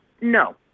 no